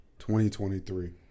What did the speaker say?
2023